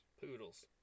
Poodles